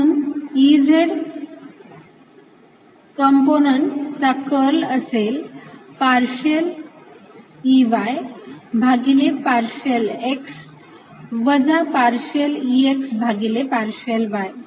म्हणून Ez या component चा कर्ल असेल पार्शियल Ey भागिले पार्शियल x वजा पार्शियल Ex भागिले पार्शियल y